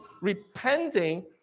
repenting